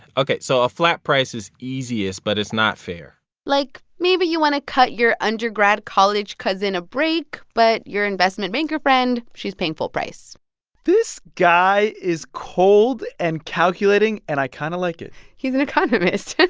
ok. so a flat price is easiest, but it's not fair like, maybe you want to cut your undergrad college cousin a break, but your investment banker friend, she's paying full price this guy is cold and calculating, and i kind of like it he's an economist.